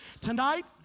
tonight